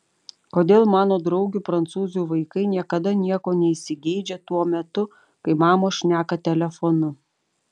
kodėl mano draugių prancūzių vaikai niekada nieko neįsigeidžia tuo metu kai mamos šneka telefonu